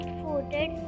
footed